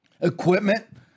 equipment